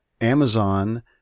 Amazon